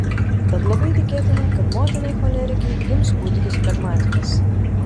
tad labai tikėtina kad motinai cholerikei gims kūdikis flegmatikas